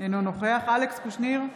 אינו נוכח אלכס קושניר,